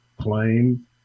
claim